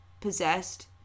possessed